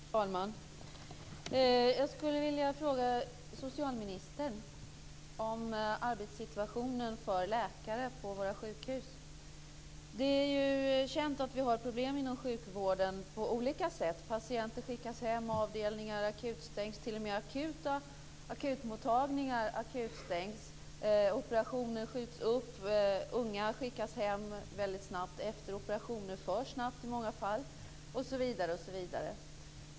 Fru talman! Jag skulle vilja fråga socialministern om arbetssituationen för läkare på våra sjukhus. Det är ju känt att vi har problem inom sjukvården på olika sätt. Patienter skickas hem, avdelningar akutstängs, t.o.m. akutmottagningar akutstängs, operationer skjuts upp, unga skickas hem väldigt snabbt efter operationer - för snabbt i många fall - osv.